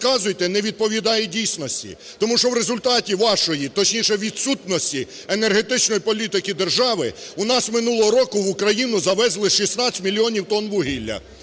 не відповідає дійсності, тому що в результаті вашої, точніше, відсутності енергетичної політики держави, у нас минулого року в Україну завезли 16 мільйонів тонн вугілля,